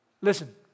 Listen